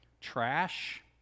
trash